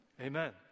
Amen